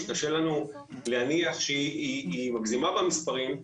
שקשה לנו להניח שהיא מגזימה במספרים,